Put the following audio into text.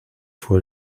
fue